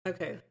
Okay